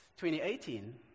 2018